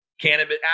cannabis